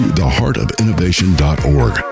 theheartofinnovation.org